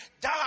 die